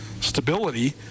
stability